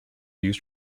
used